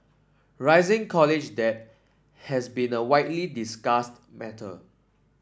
rising college debt has been a widely discussed matter